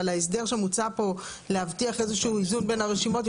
אבל ההסדר שמוצע פה להבטיח איזשהו איזון בין הרשימות,